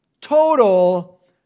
total